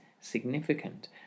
significant